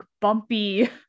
bumpy